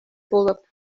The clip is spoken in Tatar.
булып